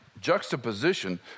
juxtaposition